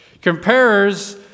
Comparers